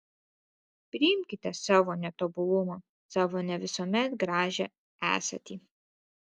priimkite savo netobulumą savo ne visuomet gražią esatį